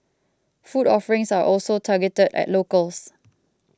food offerings are also targeted at locals